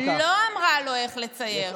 אבל המורה לא אמרה לו איך לצייר,